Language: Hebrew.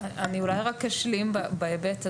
בהיבט הזה,